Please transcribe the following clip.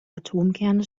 atomkerne